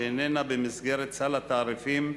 שאיננה במסגרת סל התעריפים,